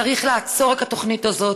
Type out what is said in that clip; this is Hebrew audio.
צריך לעצור את התוכנית הזאת,